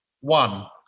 One